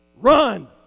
Run